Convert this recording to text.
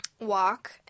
walk